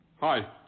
Hi